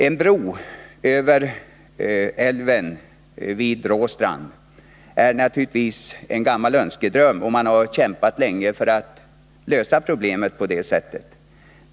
En bro över älven vid Råstrand är naturligtvis en gammal önskedröm, och man har kämpat länge för att lösa problemet på det sättet.